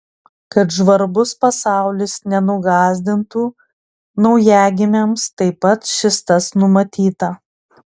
kad žvarbus pasaulis nenugąsdintų naujagimiams taip pat šis tas numatyta